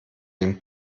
dem